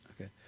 Okay